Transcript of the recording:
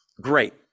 Great